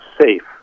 safe